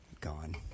Gone